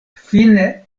fine